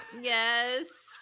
Yes